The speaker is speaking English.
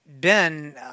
Ben